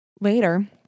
Later